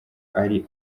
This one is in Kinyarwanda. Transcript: ari